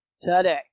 Today